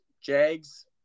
Jags